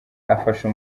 afasha